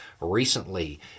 recently